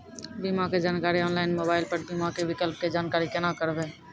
बीमा के जानकारी ऑनलाइन मोबाइल पर बीमा के विकल्प के जानकारी केना करभै?